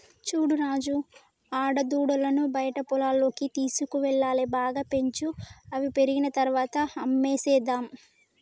చూడు రాజు ఆడదూడలను బయట పొలాల్లోకి తీసుకువెళ్లాలి బాగా పెంచు అవి పెరిగిన తర్వాత అమ్మేసేద్దాము